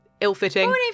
ill-fitting